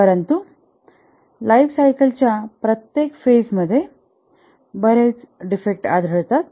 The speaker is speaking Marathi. परंतु लाईफ सायकल च्या प्रत्येक फेजमध्ये बरेच डिफेक्ट आढळतात